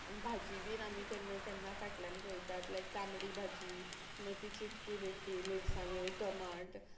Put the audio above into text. भाजी बीन आमी केन्ना केन्ना फाटल्यान रोयतात लायक तांबडी भाजी मागीर ती चिटकी मिटकी मिरसांग्यो टमाट